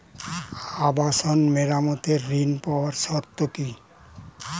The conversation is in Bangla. আবাসন মেরামতের ঋণ পাওয়ার শর্ত কি?